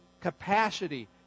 capacity